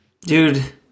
Dude